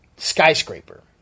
skyscraper